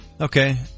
Okay